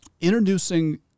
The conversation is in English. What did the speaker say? introducing